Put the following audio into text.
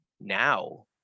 Now